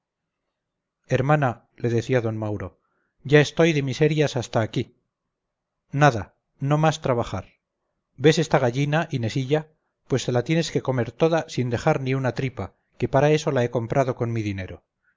hermana le decía d mauro ya estoy de miserias hasta aquí nada no más trabajar ves esta gallina inesilla pues te la tienes que comer toda sin dejar ni una tripa que para eso la he comprado con mi dinero